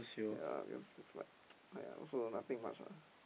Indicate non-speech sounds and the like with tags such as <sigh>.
ya because it's like <noise> !aiya! also nothing much ah